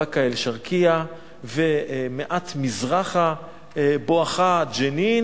באקה-אל-שרקיה ומעט מזרחה בואכה ג'נין